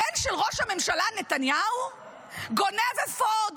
הבן של ראש הממשלה נתניהו גונב אפוד,